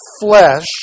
flesh